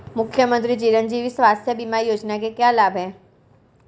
मुख्यमंत्री चिरंजी स्वास्थ्य बीमा योजना के क्या लाभ हैं?